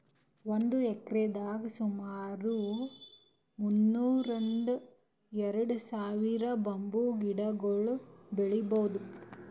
ಒಂದ್ ಎಕ್ರೆದಾಗ್ ಸುಮಾರ್ ಮುನ್ನೂರ್ರಿಂದ್ ಎರಡ ಸಾವಿರ್ ಬಂಬೂ ಗಿಡಗೊಳ್ ಬೆಳೀಭೌದು